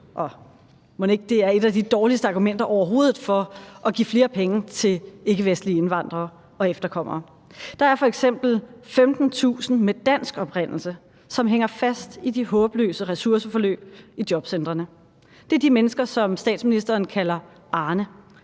ikke det er et af de dårligste argumenter overhovedet for at give flere penge til ikkevestlige indvandrere og efterkommere. Der er f.eks. 15.000 med dansk oprindelse, som hænger fast i de håbløse ressourceforløb i jobcentrene. Det er de mennesker, som statsministeren kalder Arne